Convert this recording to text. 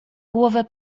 głowę